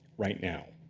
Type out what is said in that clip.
right now.